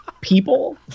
people